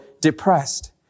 depressed